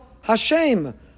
HaShem